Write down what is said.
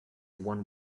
one